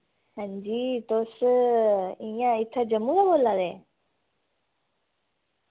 हां जी तुस इ'यां इत्थां जम्मू दा बोल्ला दे